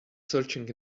searching